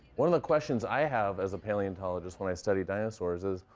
one of the questions i have as a paleontologist when i studiy dinosaurs is,